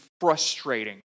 frustrating